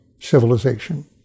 civilization